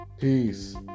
Peace